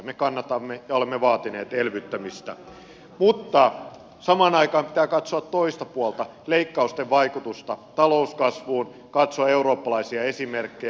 me kannatamme ja olemme vaatineet elvyttämistä mutta samaan aikaan pitää katsoa toista puolta leikkausten vaikutusta talouskasvuun katsoa eurooppalaisia esimerkkejä